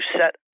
set